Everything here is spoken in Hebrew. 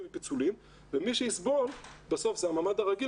ופיצולים ומי שיסבול בסוף זה הממ"ד הרגיל,